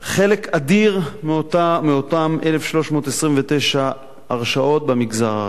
חלק אדיר מאותן 1,329 הרשאות במגזר הערבי,